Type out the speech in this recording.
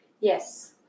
yes